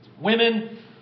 Women